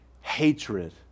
hatred